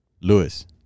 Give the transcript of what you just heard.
Lewis